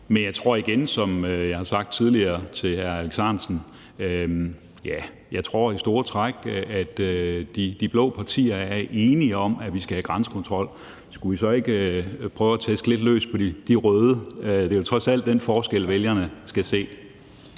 Men jeg tror igen, som jeg har sagt tidligere til hr. Alex Ahrendtsen, at i store træk er de blå partier enige om, at vi skal have grænsekontrol, og skulle vi så ikke prøve at tæske lidt løs på de røde, for det er trods alt den forskel, vælgerne skal se?